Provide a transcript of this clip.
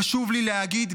חשוב לי להגיד,